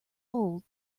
old